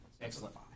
Excellent